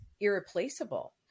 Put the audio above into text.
irreplaceable